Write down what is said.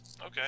Okay